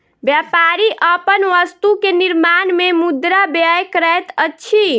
व्यापारी अपन वस्तु के निर्माण में मुद्रा व्यय करैत अछि